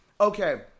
okay